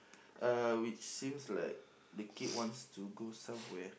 uh which seems like the kid wants to go somewhere